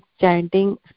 chanting